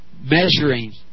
measuring